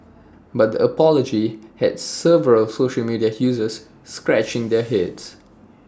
but the apology had several social media users scratching their heads